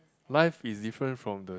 life is different from the